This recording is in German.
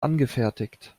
angefertigt